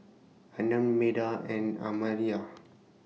Anand Medha and Amartya